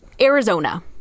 Arizona